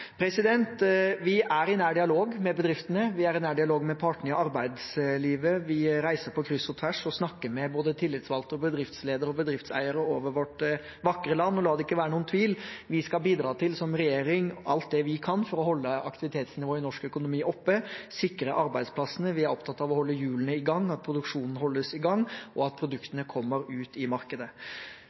Vi er i nær dialog med bedriftene. Vi er i nær dialog med partene i arbeidslivet. Vi reiser på kryss og tvers og snakker med både tillitsvalgte og bedriftsledere og bedriftseiere over hele vårt vakre land. Og la det ikke være noen tvil: Vi skal, som regjering, bidra til alt det vi kan, for å holde aktivitetsnivået i norsk økonomi oppe og sikre arbeidsplassene. Vi er opptatt av å holde hjulene i gang, at produksjonen holdes i gang, og at produktene kommer ut på markedet.